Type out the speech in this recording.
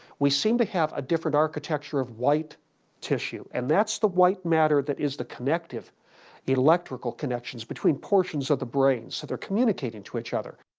we seem to have a different architecture of white tissue and that's the white matter that is the connective electrical connections between portions of the brain so they're communicating to each other.